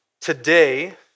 Today